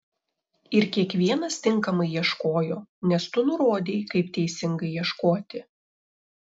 ir kiekvienas tinkamai ieškojo nes tu nurodei kaip teisingai ieškoti